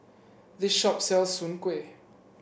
this shop sells Soon Kway